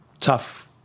tough